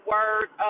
Word